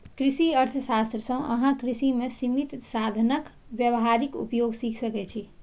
कृषि अर्थशास्त्र सं अहां कृषि मे सीमित साधनक व्यावहारिक उपयोग सीख सकै छी